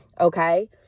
okay